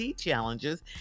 challenges